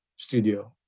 Studio